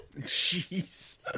Jeez